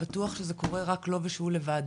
בטוח שזה קורה רק לו ושהוא לבד